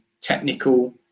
technical